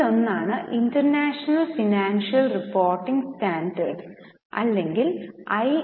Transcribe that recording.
അതിലൊന്നാണ് international financial reporting standard അല്ലെങ്കിൽ I